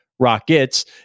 Rockets